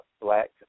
Black